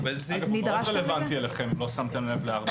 זה מאוד רלוונטי אליכם, אם לא שמתם לב.